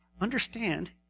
understand